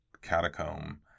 catacomb